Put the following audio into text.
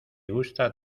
gusta